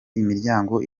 imiryango